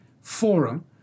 Forum